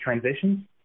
transitions